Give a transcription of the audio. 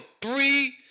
three